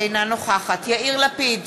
אינה נוכחת יאיר לפיד,